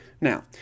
Now